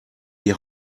die